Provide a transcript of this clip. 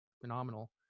phenomenal